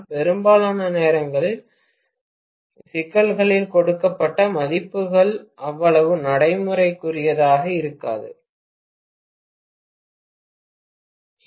ஆனால் பெரும்பாலான நேரங்களில் சிக்கல்களில் கொடுக்கப்பட்ட மதிப்புகள் அவ்வளவு நடைமுறைக்குரியதாக இருக்காது அதுவும் இருக்கிறது